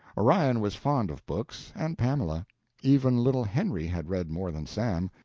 orion was fond of books, and pamela even little henry had read more than sam.